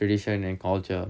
tradition and culture